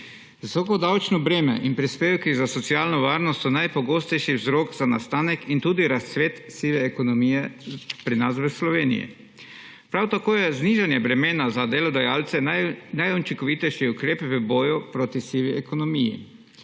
Visoko davčno breme in prispevki za socialno varnost so najpogostejši vzrok za nastanek in tudi razcvet sive ekonomije pri nas v Sloveniji. Prav tako je znižanje bremena za delodajalce najučinkovitejši ukrep v boju proti sivi ekonomiji.